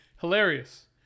hilarious